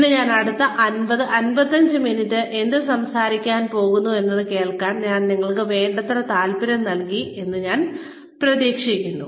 ഇന്ന് ഞാൻ അടുത്ത 50 55 മിനിറ്റ് എന്ത് സംസാരിക്കാൻ പോകുന്നു എന്നത് കേൾക്കാൻ ഞാൻ നിങ്ങൾക്ക് വേണ്ടത്ര താൽപ്പര്യം നൽകി എന്ന് ഞാൻ പ്രതീക്ഷിക്കുന്നു